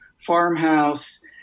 farmhouse